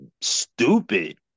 stupid